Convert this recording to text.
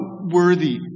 worthy